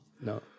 no